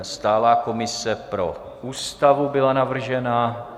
Stálá komise pro Ústavu byla navržena.